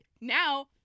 now